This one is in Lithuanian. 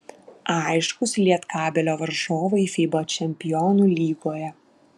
aiškūs lietkabelio varžovai fiba čempionų lygoje